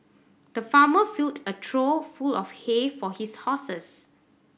the farmer filled a trough full of hay for his horses